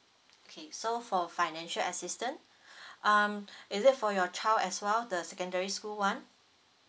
okay so for financial assistance um is it for your child as well the secondary school [one]